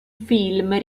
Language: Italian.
film